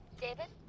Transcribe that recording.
david?